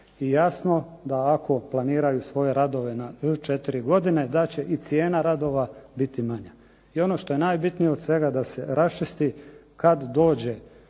i jasno da ako planiraju svoje radove na 4 godine da će i cijena radova biti manja. I ono što je najbitnije od svega da se raščisti kad dođe